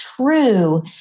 true